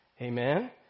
Amen